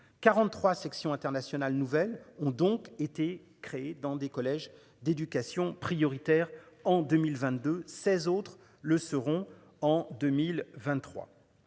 43 sections internationales nouvelles ont donc été créées dans des collèges d'éducation prioritaire en 2022, 16 autres le seront en 2023.